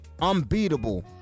unbeatable